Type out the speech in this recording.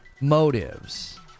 Motives